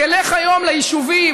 תלך היום ליישובים,